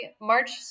March